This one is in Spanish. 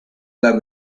las